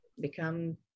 become